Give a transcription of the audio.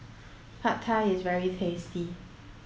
Pad Thai is very tasty